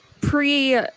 pre